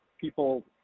people